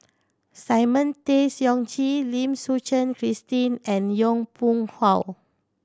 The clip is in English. Simon Tay Seong Chee Lim Suchen Christine and Yong Pung How